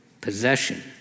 possession